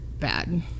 bad